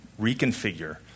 reconfigure